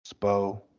Spo